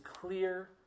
clear